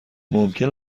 ممکن